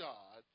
God